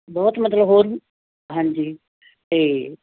ਬਹੁਤ ਮਤਲਬ ਹੋਰ ਹਾਂਜੀ ਅਤੇ